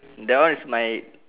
that one is my